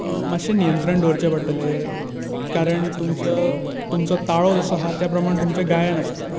मातशें नियंत्रण दवरचें पडटलें कारण तुमच्या तुमचो ताळो जसो आसा त्या प्रमाण तुमचें गायन आसतलें